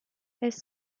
elles